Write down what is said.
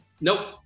Nope